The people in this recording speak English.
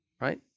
Right